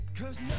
cause